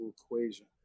equation